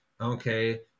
okay